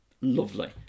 Lovely